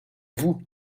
vous